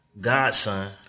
Godson